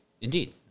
Indeed